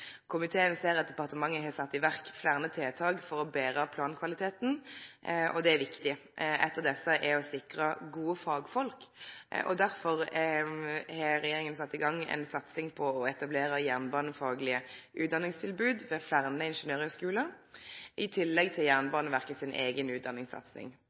verk fleire tiltak for å betre plankvaliteten, og det er viktig. Eitt av desse er å sikre gode fagfolk. Derfor har regjeringa sett i gang ei satsing på å etablere jernbanefaglege utdanningstilbod ved fleire ingeniørhøgskular, i tillegg til Jernbaneverket si eiga utdanningssatsing.